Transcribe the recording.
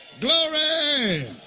Glory